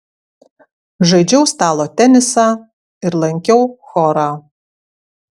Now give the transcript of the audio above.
žaidžiau stalo tenisą ir lankiau chorą